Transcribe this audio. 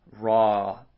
raw